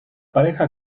pareja